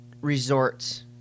resorts